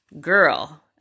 girl